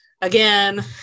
again